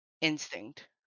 instinct